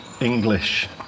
english